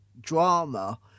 drama